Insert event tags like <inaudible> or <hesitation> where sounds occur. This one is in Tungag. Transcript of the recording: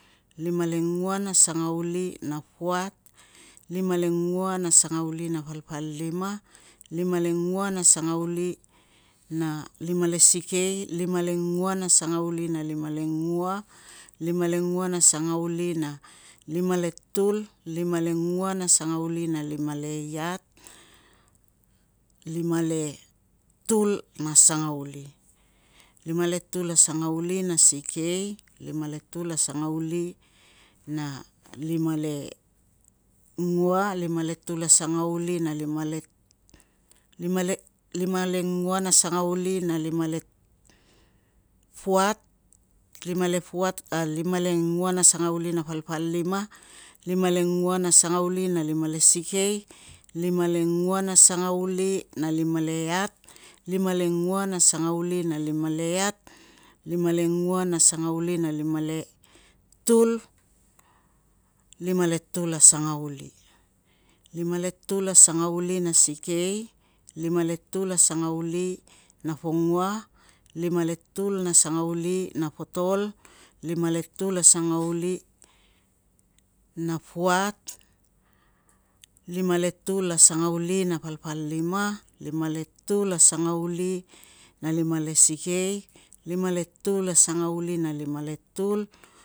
Lima lengua na sangauli na puat, lima lengua na sangauli na palpalima, lima lengua na sangauli na lima le sikei. lima lengua na sangauli na lima lengua, lima lengua na sangauli na lima le tul, lima lengua na sangauli na lima le iat, lima le tul na sangauli. Lima le tul a sangauli na sikei, lima le tul a sangauli na lima lengua, <hesitation> lima lengua na sangauli na lima le puat, lima <unintelligible> lengua na sangauli. na palpalima, lima lengua na sangauli na lima le sikei, lima lengua na sangauli na lima le iat, lima lengua na sangauli na limaletul, lima lengua na sangauli na limale iat, lima letul a sangauli. Lima letul a sangauli na sikei, lima letul a sangauli na pongua, lima le tul a sangauli na potol, lima letul a sangauli na puat, lima letul a sangauli na palpalima, lima letul a sangauli na lima le sikei, lima letul a sangauli na lima letul,